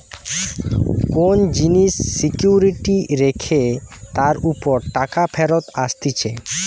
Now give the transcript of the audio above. কোন জিনিস সিকিউরিটি রেখে তার উপর টাকা ফেরত আসতিছে